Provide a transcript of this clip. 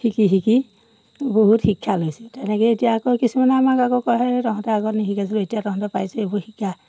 শিকি শিকি বহুত শিক্ষা লৈছোঁ তেনেকৈ এতিয়া আকৌ কিছুমানে আমাক আকৌ কয় সেই তহঁতে আগত নিশিকাইছিলোঁ এতিয়া তহঁতে পাইছ এইবোৰ শিক্ষা